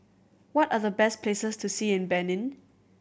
what are the best places to see in Benin